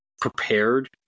prepared